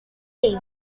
day